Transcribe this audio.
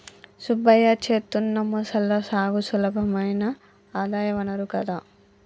సుబ్బయ్య చేత్తున్న మొసళ్ల సాగు సులభమైన ఆదాయ వనరు కదా